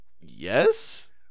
Yes